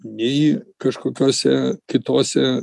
nei kažkokiuose kituose